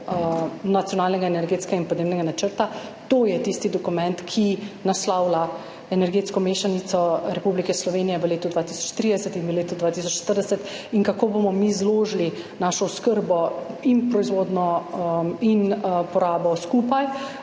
Nacionalnega energetskega in podnebnega načrta. To je tisti dokument, ki naslavlja energetsko mešanico Republike Slovenije v letu 2030 in v letu 2040 in kako bomo mi zložili našo oskrbo in proizvodnjo in porabo skupaj.